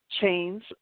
chains